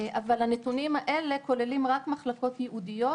הנתונים האלה כוללים רק מחלקות ייעודיות